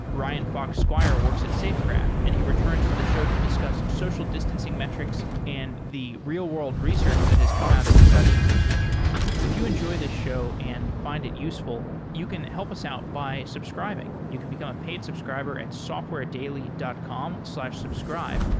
ryan fox squire works at safegraph and he returns to the show to discuss social distancing metrics and the real-world research that has come out of studying those metrics. if you enjoy this show and find it useful, you can help us out by subscribing. you can become a paid subscriber at softwaredaily dot com slash subscribe.